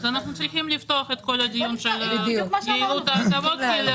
אנחנו צריכים לפתוח את כל הדיון על יעילות ההטבות האלה.